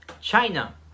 China